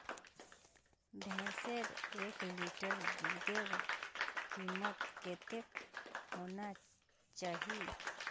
भैंसेर एक लीटर दूधेर कीमत कतेक होना चही?